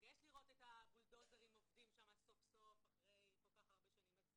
מרגש לראות את הבולדוזרים עובדים סוף סוף אחרי כל כך הרבה שנים,